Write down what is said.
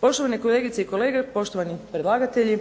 Poštovane kolegice i kolege, poštovani predlagatelji